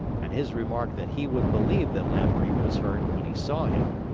and his remark that he would believe that lamoury was hurt when he saw him.